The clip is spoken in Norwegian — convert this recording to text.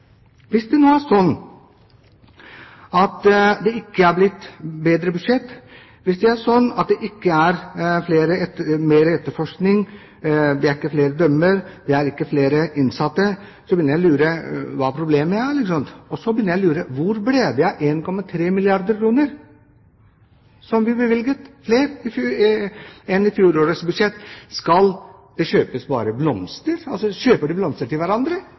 Hvis det nå er slik at det ikke er blitt et bedre budsjett, at det ikke er blitt mer til etterforskning, at ikke flere er blitt dømt, at det ikke er flere innsatte, begynner jeg å lure: Hvor ble det av de 1,3 milliarder kr som vi bevilget mer enn det som ble bevilget i fjorårets budsjett? Skal det bare kjøpes blomster? Kjøper de blomster til hverandre